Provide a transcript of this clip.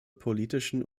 politischen